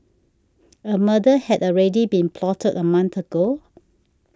a murder had already been plotted a month ago